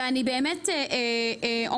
ואני באמת אומרת,